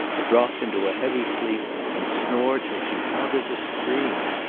to drop into a heavy sleep and snore until she wanted to scream.